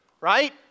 right